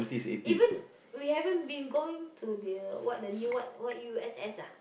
even we haven't been going to the what the new what what U_S_S ah